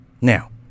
Now